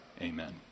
amen